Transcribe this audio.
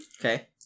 Okay